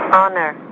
honor